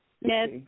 Yes